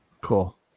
cool